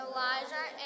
Elijah